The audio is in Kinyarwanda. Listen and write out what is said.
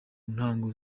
ntango